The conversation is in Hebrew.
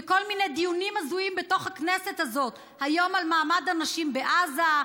וכל מיני דיונים הזויים בתוך הכנסת הזאת: היום על מעמד הנשים בעזה,